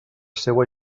seua